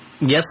Yes